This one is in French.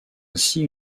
ainsi